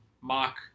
mock